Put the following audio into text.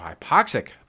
hypoxic